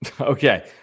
Okay